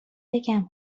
بگم